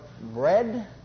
bread